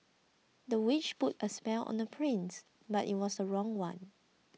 the witch put a spell on the prince but it was a wrong one